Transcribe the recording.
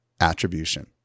attribution